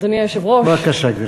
שכפ"ץ, בבקשה, גברתי.